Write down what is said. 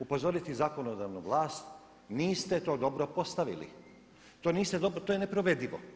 Upozoriti zakonodavnu vlast niste to dobro postavili, to je neprovedivo.